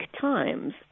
times